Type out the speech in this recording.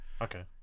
Okay